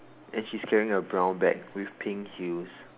and she is carrying a brown bag with pink heels